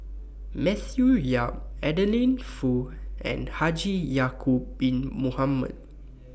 Matthew Yap Adeline Foo and Haji Ya'Acob Bin Mohamed